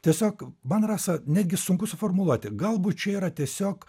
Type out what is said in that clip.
tiesiog man rasa netgi sunku suformuluoti galbūt čia yra tiesiog